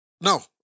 No